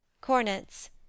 Cornets